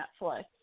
netflix